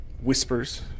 whispers